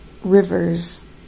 Rivers